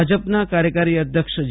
ભાજપના કાર્યકારી અધ્યક્ષ જે